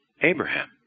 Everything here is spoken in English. Abraham